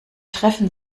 treffen